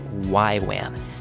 YWAM